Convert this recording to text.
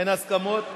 אין הסכמות?